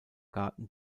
garten